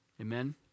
Amen